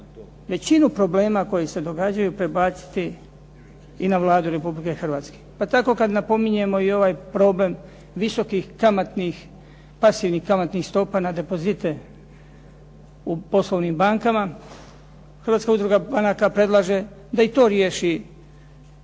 većinu problema koji se događaju prebaciti i na Vladu Republike Hrvatske pa tako kad napominjemo i ovaj problem visokih kamatnih, pasivnih kamatnih stopa na depozite u poslovnim bankama. Hrvatska udruga banaka predlaže da i to riješi